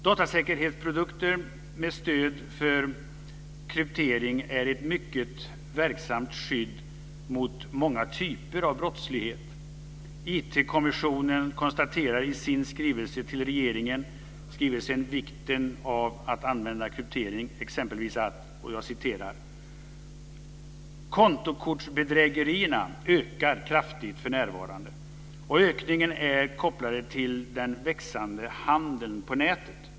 Datasäkerhetsprodukter med stöd för kryptering är ett mycket verksamt skydd mot många typer av brottslighet. IT-kommissionen konstaterar i sin skrivelse till regeringen Vikten av att använda kryptering exempelvis att: "Kontokortsbedrägerierna ökar kraftigt för närvarande, och ökningen är kopplad till den växande handeln på nätet.